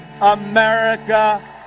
America